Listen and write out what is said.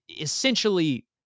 essentially